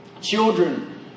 children